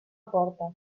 porta